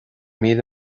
míle